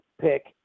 pick